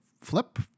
flip